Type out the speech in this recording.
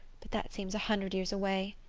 but that seems a hundred years away.